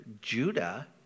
Judah